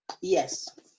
yes